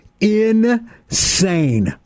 insane